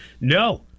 No